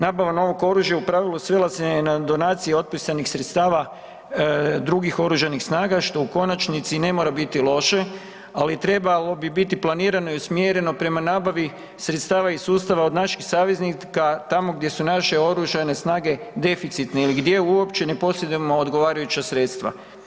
Nabava novog oružja u pravilu svela se je na donacije otpisanih sredstava drugih oružanih snaga, što u konačnici ne mora biti loše, ali trebalo bi biti planirano i usmjereno prema nabavi sredstava iz sustava od naših saveznika tamo gdje su naše oružane snage deficitni ili gdje uopće ne posjedujemo odgovarajuća sredstva.